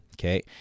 okay